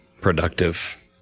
productive